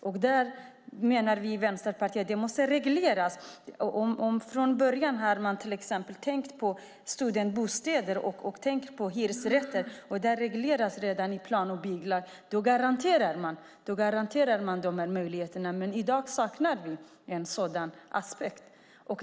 Vi i Vänsterpartiet menar att det måste ske en reglering. Om man från början tänker på studentbostäder och hyresrätter - det regleras redan i plan och bygglagen - garanteras dessa möjligheter. I dag saknar vi en sådan aspekt.